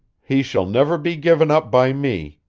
he shall never be given up by me,